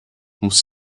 muss